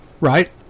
Right